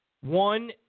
one